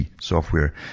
software